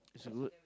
it's good